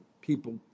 people